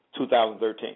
2013